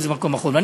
מקום אחרון,